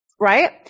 right